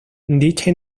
dicha